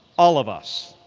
all of us,